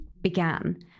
began